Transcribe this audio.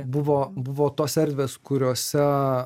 buvo buvo tos erdvės kuriose